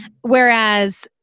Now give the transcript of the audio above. Whereas